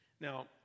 Now